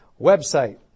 Website